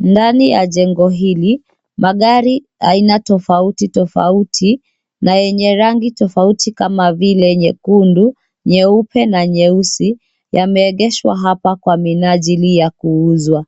Ndani ya jengo hili magari aina tofauti tofauti na yenye rangi tofauti kama vile nyekundu, nyeupe na nyeusi yameegeshwa hapa kwa minajili ya kuuzwa.